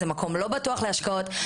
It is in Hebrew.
זה מקום לא בטוח להשקעות.